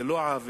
זה לא עוול,